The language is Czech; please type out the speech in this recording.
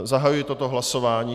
Zahajuji toto hlasování.